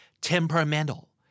temperamental